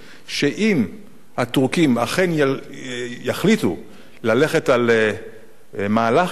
שאם הטורקים אכן יחליטו ללכת על מהלך כזה,